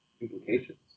implications